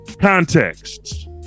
contexts